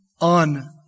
on